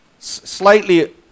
Slightly